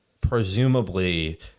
presumably